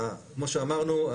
כמו שאמרנו,